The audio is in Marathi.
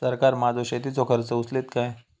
सरकार माझो शेतीचो खर्च उचलीत काय?